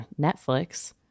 Netflix